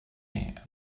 and